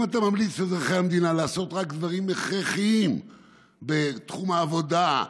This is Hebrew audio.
האם אתה ממליץ לאזרחי המדינה לעשות רק דברים הכרחיים בתחום העבודה,